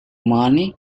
money